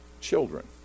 children